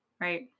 right